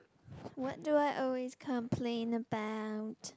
what do I always complain about